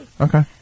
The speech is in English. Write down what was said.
Okay